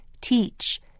Teach